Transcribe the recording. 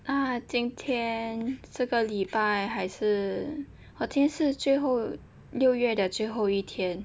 uh 今天这个礼拜还是我听是最后六月的最后一天